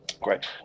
great